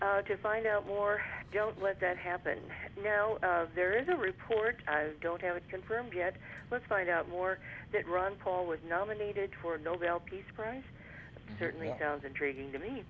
matter to find out more don't let that happen now there is a report i don't have it confirmed yet let's find out more that ron paul was nominated for a nobel peace prize certainly sounds intriguing to me